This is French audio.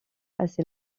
assez